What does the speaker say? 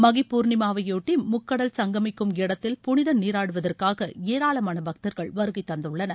மகி பூர்ணிமாவையொட்டி முக்கடல் சங்கமிக்கும் இடத்தில் புனித நீராடுவதற்காக ஏரளமான பக்தர்கள் வருகை தந்துள்ளனர்